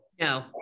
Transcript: No